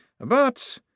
But